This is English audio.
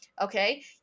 okay